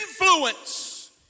Influence